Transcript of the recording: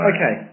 Okay